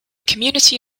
community